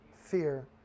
fear